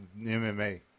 MMA